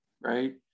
right